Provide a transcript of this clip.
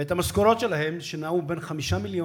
ואת המשכורות שלהם, שנעו בין 5 מיליון